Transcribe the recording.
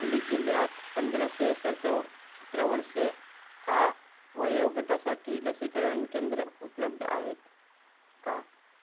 उली जिल्ह्यात पंधरा से सत्त सतरा वर्षे हा वयोगटासाठी लसीकरण केंद्र उपलब्ध आहेत का